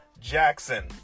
Jackson